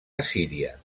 assíria